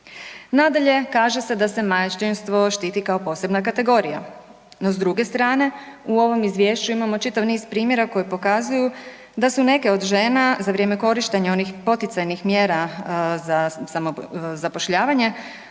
Nadalje, kaže se da se majčinstvo štiti kao posebna kategorija. No s druge strane u ovom izvješću imamo čitav niz primjera koji pokazuju da su neke od žena za vrijeme korištenja onih poticajnih mjera za samozapošljavanje